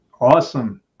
Awesome